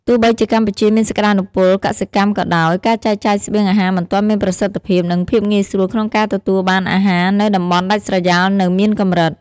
ទោះបីជាកម្ពុជាមានសក្តានុពលកសិកម្មក៏ដោយ ការចែកចាយស្បៀងអាហារមិនទាន់មានប្រសិទ្ធភាព និងភាពងាយស្រួលក្នុងការទទួលបានអាហារនៅតំបន់ដាច់ស្រយាលនៅមានកម្រិត។